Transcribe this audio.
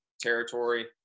territory